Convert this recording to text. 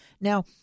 Now